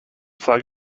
flag